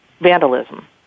Vandalism